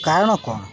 କାରଣ କ'ଣ